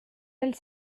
elle